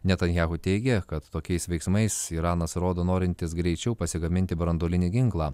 netanyahu teigė kad tokiais veiksmais iranas rodo norintis greičiau pasigaminti branduolinį ginklą